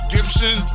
Gibson